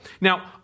Now